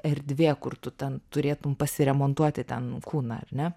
erdvė kur tu ten turėtum pasiremontuoti ten kūną ar ne